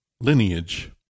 Lineage